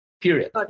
Period